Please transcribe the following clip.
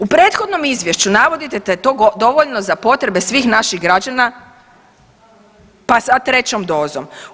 U prethodnom izvješću navodite da je dovoljno za potrebe svih naših građana pa sa trećom dozom.